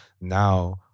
now